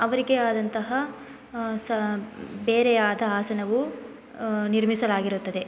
ಅವರಿಗೆ ಆದಂತಹ ಸ ಬೇರೆಯಾದ ಆಸನವು ನಿರ್ಮಿಸಲಾಗಿರುತ್ತದೆ